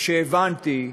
או שהבנתי,